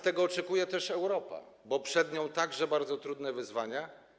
Tego oczekuje też Europa, bo przed nią także bardzo trudne wyzwania.